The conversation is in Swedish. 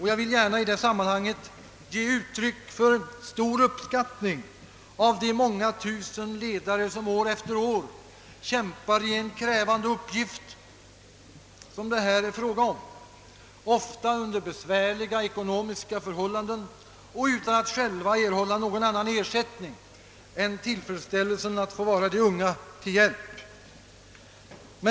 Jag vill gärna i detta sammanhang ge uttryck för stor uppskattning av de många tusen ledare som år efter år kämpar i denna krävande uppgift, ofta under ekonomiskt besvärliga förhållanden och utan att själva erhålla någon annan ersättning än tillfredsställelsen att få vara de unga till hjälp.